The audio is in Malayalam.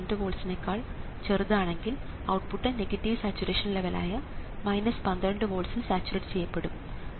2 വോൾട്സ്നേക്കാൾ ചെറുതാണെങ്കിൽ ഔട്ട്പുട്ട് നെഗറ്റീവ് സാച്ചുറേഷൻ ലെവലായ 12 വോൾട്സ്ൽ സാച്ചുറേറ്റ് ചെയ്യപ്പെടും